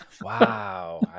Wow